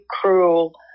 cruel